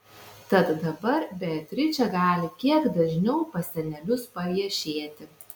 tad dabar beatričė gali kiek dažniau pas senelius paviešėti